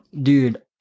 Dude